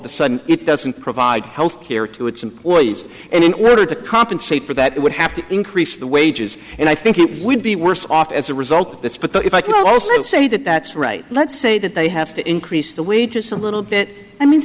the sudden it doesn't provide health care to its employees and in order to compensate for that it would have to increase the wages and i think it would be worse off as a result of this but if i could also say that that's right let's say that they have to increase the wages a little bit i mean